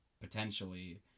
potentially